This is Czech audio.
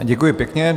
Děkuji pěkně.